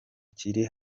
kiri